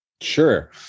Sure